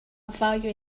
value